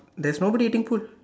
there's nobody eating food